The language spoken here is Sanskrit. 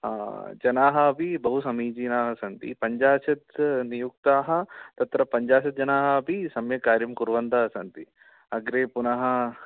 जनाः अपि बहु समीचीनाः सन्ति पञ्चाशत् नियुक्ताः तत्र पञ्चाशज्जानाः अपि सम्यक् कार्यं कुर्वन्तः सन्ति अग्रे पुनः